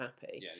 happy